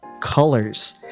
Colors